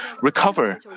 recover